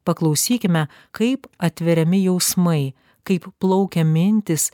paklausykime kaip atveriami jausmai kaip plaukia mintys